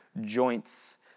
joints